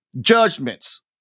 judgments